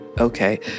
Okay